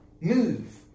move